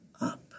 up